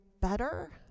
better